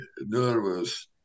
nervous